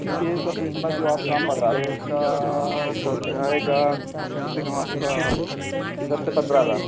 تو یہ سب اتنا جو آپ کام بتا رہے ہیں اس کا خرچہ آئے گا کم سے کم آپ کا دس سے پندرہ ہزار